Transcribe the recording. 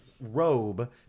robe